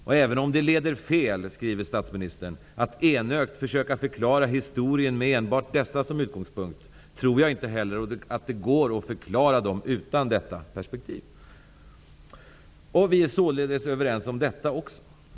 Och även om det leder fel, skriver statsministern, att enögt försöka förklara historien med enbart dessa som utgångspunkt tror jag inte heller att det går att förklara dem utan detta perspektiv. Vi är således överens om detta också.